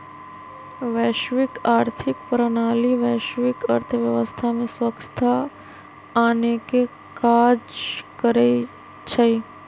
वैश्विक आर्थिक प्रणाली वैश्विक अर्थव्यवस्था में स्वछता आनेके काज करइ छइ